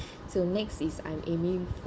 so next is I'm aiming